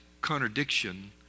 contradiction